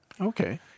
Okay